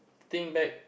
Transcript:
think back